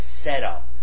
setup